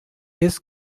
this